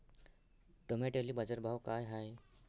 टमाट्याले बाजारभाव काय हाय?